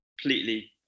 completely